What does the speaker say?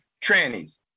trannies